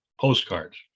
postcards